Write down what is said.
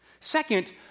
Second